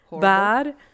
bad